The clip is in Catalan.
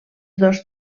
dos